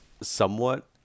somewhat